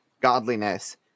godliness